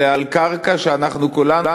זה על קרקע שאנחנו כולנו,